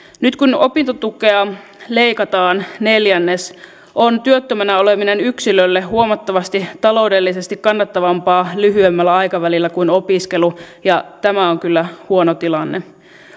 nyt kun opintotukea leikataan neljännes on työttömänä oleminen yksilölle huomattavasti taloudellisesti kannattavampaa lyhyemmällä aikavälillä kuin opiskelu ja tämä on kyllä huono tilanne